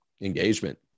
engagement